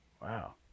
wow